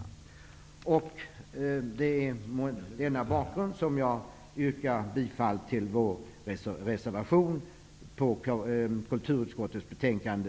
Mot denna bakgrund yrkar jag bifall till vår reservation i kulturutskottets betänkande.